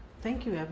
thank you.